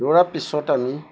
দৌৰা পিছত আমি